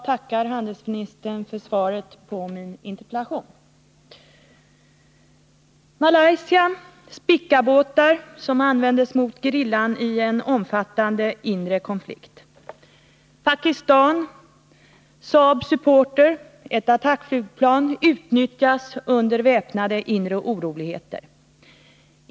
Herr talman! Jag tackar handelsministern för svaret på min interpellation.